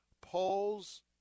Polls